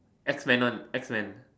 X men one X men